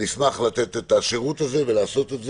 נשמח לתת את השירות הזה ולעשות את זה,